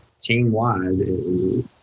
team-wide